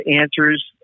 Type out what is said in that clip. answers